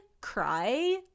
cry